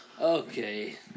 Okay